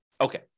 Okay